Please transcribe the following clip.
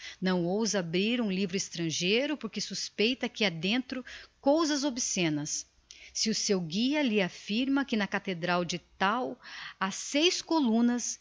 não ousa abrir um livro estrangeiro porque suspeita que ha dentro cousas obscenas se o seu guia lhe affirma que na cathedral de tal ha seis columnas